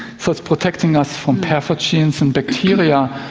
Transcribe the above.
so it's protecting us from pathogens and bacteria.